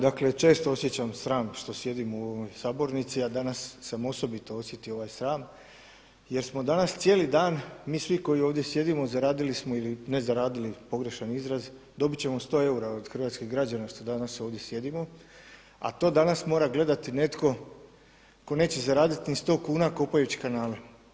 Dakle, često osjećam sram što osjećam u ovoj Sabornici a danas sam osobito osjetio ovaj sram jer smo danas cijeli dan mi svi koji ovdje sjedimo zaradili smo ili ne zaradili pogrešan izraz, dobit ćemo 100 eura od hrvatskih građana što danas ovdje sjedimo a to danas mora gledati netko tko neće zaraditi ni 100 kuna kopajući kanale.